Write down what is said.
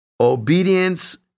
obedience